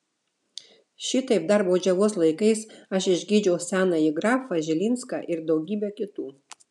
šitaip dar baudžiavos laikais aš išgydžiau senąjį grafą žilinską ir daugybę kitų